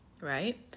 Right